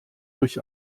durch